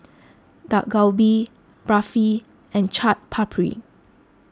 Dak Galbi Barfi and Chaat Papri